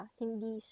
hindi